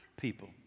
people